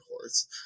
horse